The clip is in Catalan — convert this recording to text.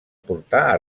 portar